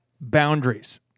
boundaries